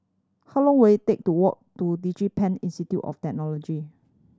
how long will it take to walk to DigiPen Institute of Technology